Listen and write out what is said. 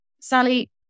Sally